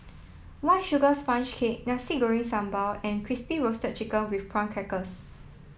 white sugar sponge cake Nasi Goreng Sambal and Crispy Roasted Chicken with Prawn Crackers